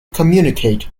communicate